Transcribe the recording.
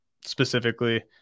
specifically